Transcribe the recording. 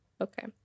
Okay